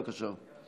בבקשה,